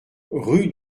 rue